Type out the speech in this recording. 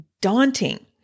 daunting